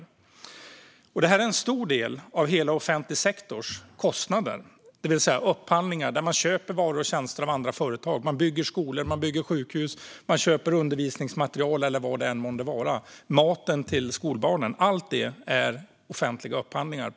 Upphandlingar är en stor del av hela den offentliga sektorns kostnader. Man köper varor och tjänster av andra företag. Man bygger skolor och sjukhus. Man köper undervisningsmaterial eller vad än det må vara. Maten till skolbarnen och allt sådant görs på ett eller annat sätt via offentliga upphandlingar.